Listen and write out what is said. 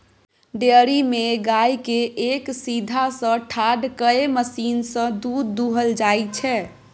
dairy मे गाय केँ एक सीधहा सँ ठाढ़ कए मशीन सँ दुध दुहल जाइ छै